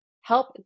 help